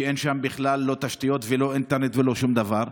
שאין שם בכלל לא תשתיות ולא אינטרנט ולא שום דבר,